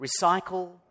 recycle